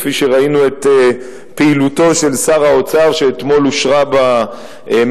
כפי שראינו את פעילותו של שר האוצר שאתמול אושרה בממשלה,